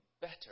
better